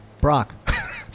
Brock